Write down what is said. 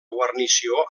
guarnició